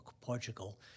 Portugal